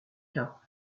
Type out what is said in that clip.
cas